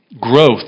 growth